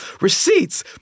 receipts